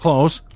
Close